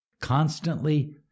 constantly